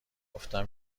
گفت